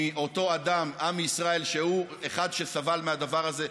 מאותו אדם, עמי ישראל, שהוא אחד שסבל מהדבר הזה.